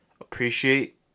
appreciate